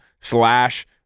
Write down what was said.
slash